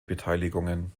beteiligungen